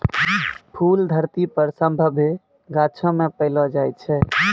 फूल धरती पर सभ्भे गाछौ मे पैलो जाय छै